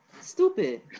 Stupid